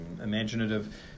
imaginative